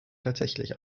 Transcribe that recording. tatsächlich